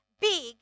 big